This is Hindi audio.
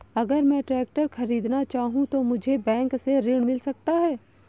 अगर मैं ट्रैक्टर खरीदना चाहूं तो मुझे बैंक से ऋण मिल सकता है?